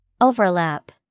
Overlap